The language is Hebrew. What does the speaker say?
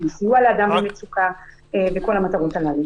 סיוע לאדם במצוקה וכל המטרות הללו.